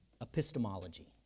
epistemology